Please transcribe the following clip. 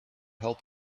help